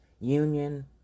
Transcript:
Union